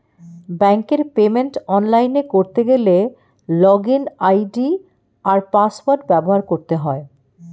ব্যাঙ্কের পেমেন্ট অনলাইনে করতে গেলে লগইন আই.ডি আর পাসওয়ার্ড ব্যবহার করতে হয়